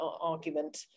argument